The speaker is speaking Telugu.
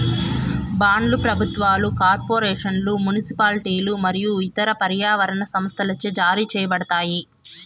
బాండ్లు ప్రభుత్వాలు, కార్పొరేషన్లు, మునిసిపాలిటీలు మరియు ఇతర పర్యావరణ సంస్థలచే జారీ చేయబడతాయి